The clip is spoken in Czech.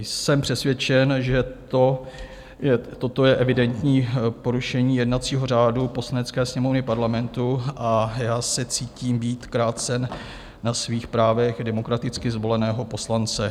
Jsem přesvědčen, že toto je evidentní porušení jednacího řádu Poslanecké sněmovny Parlamentu, a já se cítím být krácen na svých právech demokraticky zvoleného poslance.